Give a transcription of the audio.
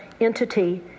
entity